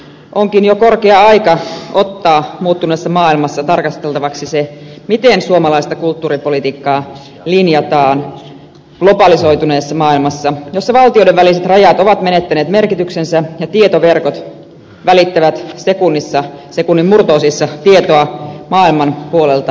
onkin jo korkea aika ottaa muuttuneessa maailmassa tarkasteltavaksi se miten suomalaista kulttuuripolitiikkaa linjataan globalisoituneessa maailmassa jossa valtioiden väliset rajat ovat menettäneet merkityksensä ja tietoverkot välittävät sekunnin murto osissa tietoa maailman puolelta toiselle